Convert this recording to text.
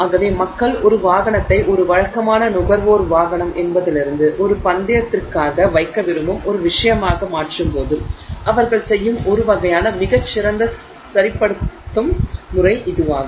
ஆகவே மக்கள் ஒரு வாகனத்தை ஒரு வழக்கமான நுகர்வோர் வாகனம் என்பதிலிருந்து ஒரு பந்தயத்திற்காக வைக்க விரும்பும் ஒரு விஷயமாக மாற்றும்போது அவர்கள் செய்யும் ஒரு வகையான மிகச்சிறந்த சரிப்படுத்தும் முறை இதுவாகும்